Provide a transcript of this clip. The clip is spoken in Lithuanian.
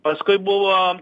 paskui buvo